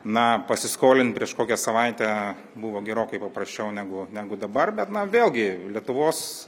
na pasiskolint prieš kokią savaitę buvo gerokai paprasčiau negu negu dabar bet na vėlgi lietuvos